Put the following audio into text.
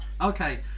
Okay